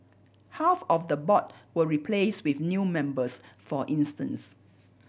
half of the board were replaced with new members for instance